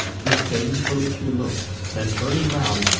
disdainfully she look'd then turning round,